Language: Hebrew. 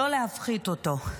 לא להפחית אותו.